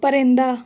پرندہ